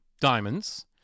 diamonds